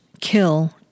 kill